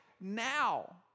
now